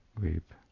Weep